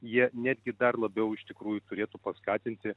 jie netgi dar labiau iš tikrųjų turėtų paskatinti